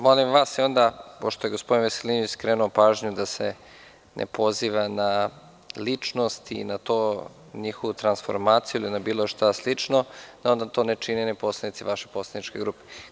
Molim vas, pošto je gospodin Veselinović, skrenuo pažnju da se ne poziva na ličnost i na to njihovu transformaciju ili na bilo šta slično, da onda to ne čine ni poslanici vaše poslaničke grupe.